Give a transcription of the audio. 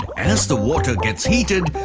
as the water gets heated,